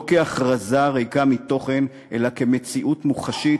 לא כהכרזה ריקה מתוכן אלא כמציאות מוחשית